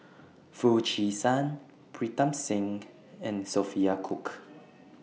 Foo Chee San Pritam Singh and Sophia Cooke